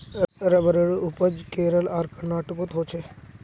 रबरेर उपज केरल आर कर्नाटकोत होछे